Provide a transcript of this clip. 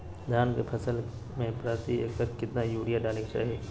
धान के फसल में प्रति एकड़ कितना यूरिया डाले के चाहि?